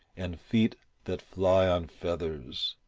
and feet that fly on feathers,